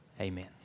Amen